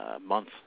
month